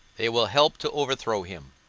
they will help to overthrow him.